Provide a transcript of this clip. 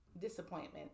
disappointment